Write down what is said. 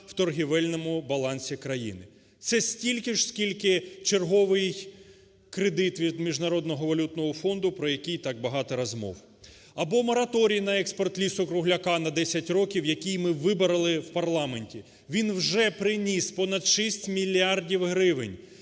в торгівельному балансі країни. Це стільки ж, скільки черговий кредит між Міжнародного валютного фонду, про який так багато розмов. Або мораторій на експорт лісу-кругляка на 10 років, який ми вибороли в парламенті. Він вже приніс понад 6 мільярдів гривень